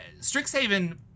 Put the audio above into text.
Strixhaven